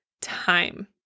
time